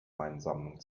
weinsammlung